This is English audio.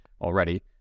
already